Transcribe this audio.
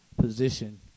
position